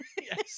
Yes